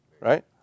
right